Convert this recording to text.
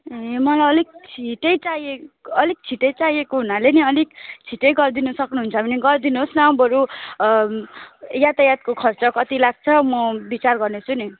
ए मलाई अलिक छिटै चाहिए छिटै चाहिएको हुनाले नि अलिक छिटै गरिदिनुसक्नु हुन्छ भने गरिदिनुहोस् न बरु यातायातको खर्च कति लाग्छ म विचार गर्ने छु नि